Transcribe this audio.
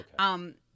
Okay